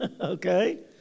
okay